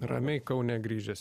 ramiai kaune grįžęs